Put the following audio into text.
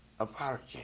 Apology